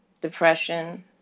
depression